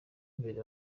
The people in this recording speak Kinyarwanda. imbere